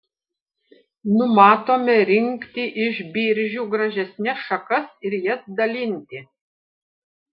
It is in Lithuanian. numatome rinkti iš biržių gražesnes šakas ir jas dalinti